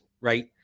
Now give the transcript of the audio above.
right